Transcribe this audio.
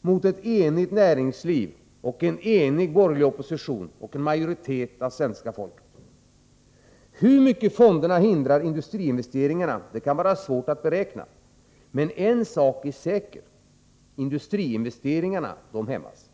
mot ett enigt näringsliv, en enig borgerlig opposition och en majoritet av svenska folket. Hur mycket fonderna hindrar industriinvesteringarna kan vara svårt att beräkna. Men en sak är säker: Industriinvesteringarna hämmas.